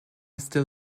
still